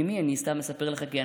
נראה כמו אונייה?